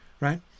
right